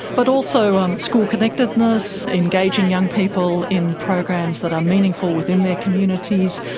but also um school connectedness, engaging young people in programs that are meaningful within their communities,